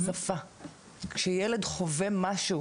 כאשר ילד חווה משהו